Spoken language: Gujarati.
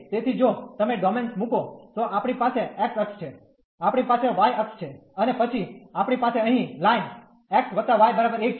તેથી જો તમે ડોમેન્સ મૂકો તો આપણી પાસે x અક્ષ છે આપણી પાસે y અક્ષ છે અને પછી આપણી પાસે અહીં લાઈન x y 1 છે